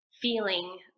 feeling